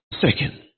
second